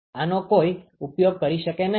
આનો કોઈ ઉપયોગ કરી શકે નહીં